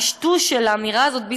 הטשטוש של האמירה הזאת,